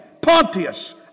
Pontius